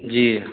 जी